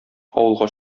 авылга